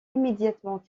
immédiatement